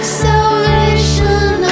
salvation